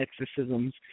exorcisms